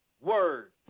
word